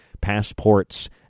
passports